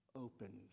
opened